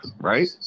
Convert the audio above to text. right